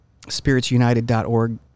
spiritsunited.org